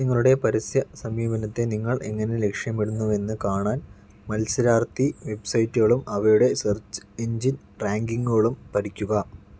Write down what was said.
നിങ്ങളുടെ പരസ്യ സമീപനത്തെ നിങ്ങൾ എങ്ങനെ ലക്ഷ്യമിടുന്നുവെന്ന് കാണാൻ മത്സരാർത്ഥി വെബ്സൈറ്റുകളും അവയുടെ സെർച്ച് എഞ്ചിൻ റാങ്കിംഗുകളും പഠിക്കുക